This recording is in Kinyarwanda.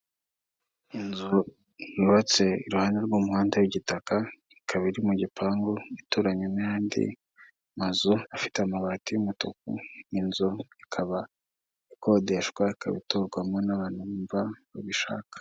Inzu yubatse iruhande rw'umuhanda w'igitaka ikaba iri mu gipangu ituranya n'andi mazu afite amabati y'umutuku. Inzu ikaba ikodeshwa ikaba iturwamo n'abantu bumva babishaka.